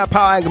Power